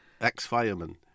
Ex-fireman